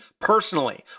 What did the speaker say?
personally